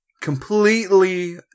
completely